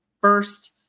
first